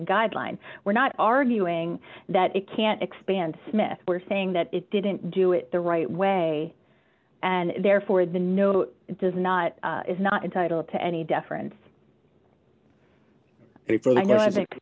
the guideline we're not arguing that it can't expand smith were saying that it didn't do it the right way and therefore the no does not is not entitled to any deference if i know i think